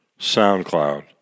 SoundCloud